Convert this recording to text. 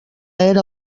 era